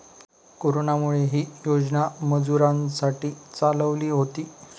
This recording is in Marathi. कोरोनामुळे, ही योजना मजुरांसाठी चालवली होती